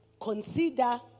Consider